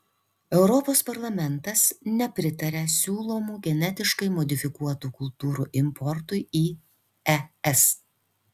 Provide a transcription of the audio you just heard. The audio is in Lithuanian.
europos parlamentas nepritaria siūlomų genetiškai modifikuotų kultūrų importui į es